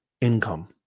income